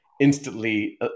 instantly